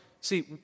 See